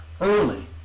early